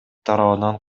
тарабынан